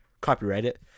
copyrighted